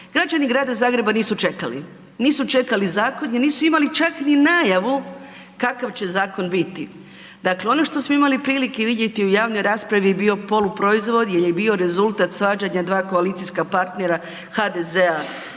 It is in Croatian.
Građani Grada Zagreba nisu čekali, nisu čekali zakon jer nisu imali čak ni najavu kakav će zakon biti. Dakle, ono što smo imali prilike vidjeti u javnoj raspravi je bio poluproizvod jer je bio rezultat svađanja dva koalicijska partnera HDZ-a